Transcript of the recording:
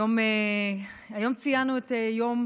היום ציינו את יום